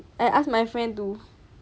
I ask my friend to hep me do